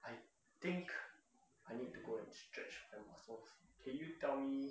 I think I need to go and stretch my muscles can you tell me